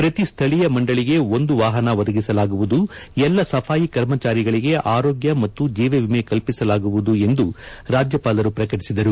ಪ್ರತಿ ಸ್ಥಳೀಯ ಮಂಡಳಿಗೆ ಒಂದು ವಾಹನ ಒದಗಿಸಲಾಗುವುದು ಎಲ್ಲ ಸಫಾಯಿ ಕರ್ಮಚಾರಿಗಳಿಗೆ ಆರೋಗ್ಯ ಮತ್ತು ಜೀವ ವಿಮೆ ಕಲ್ಪಿಸಲಾಗುವುದೂ ಎಂದೂ ಸಹ ರಾಜ್ಯಪಾಲರು ಪ್ರಕಟಿಸಿದರು